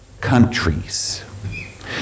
countries